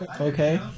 okay